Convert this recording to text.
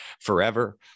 forever